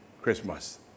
Christmas